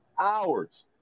hours